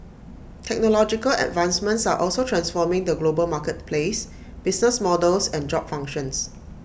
technological advancements are also transforming the global marketplace business models and job functions